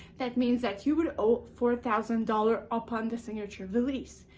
that means that you will owe four thousand dollars upon the signature of the lease.